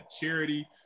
charity